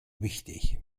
wichtig